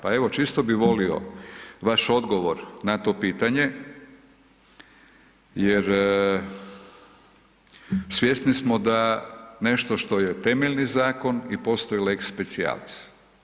Pa evo, čisto bi volio vaš odgovor na to pitanje jer svjesni smo da nešto što je temeljni zakon i postoji lex specialis.